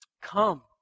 come